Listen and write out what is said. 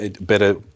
better